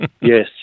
Yes